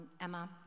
Emma